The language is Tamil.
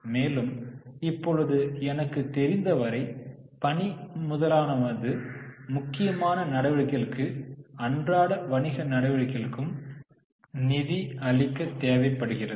மேலும் இப்பொழுது எனக்கு தெரிந்தவரை பணி மூலதனமானது முக்கியமான நடவடிக்கைகளுக்கும் அன்றாட வணிக நடவடிக்கைகளுக்கு நிதி அளிக்க தேவைப்படுகிறது